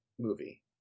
movie